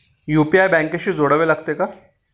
UPI बँकेशी जोडावे लागते का?